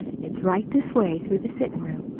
it's right this way through the sittin'-room.